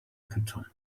carton